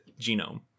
genome